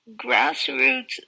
grassroots